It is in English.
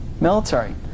military